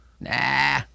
Nah